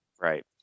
Right